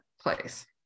place